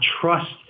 trust